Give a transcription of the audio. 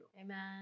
Amen